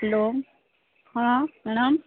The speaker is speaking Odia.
ହେଲୋ ହଁ ପ୍ରଣାମ